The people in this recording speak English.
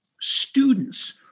students